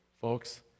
folks